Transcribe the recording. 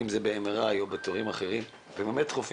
לגבי תורים באמת דחופים,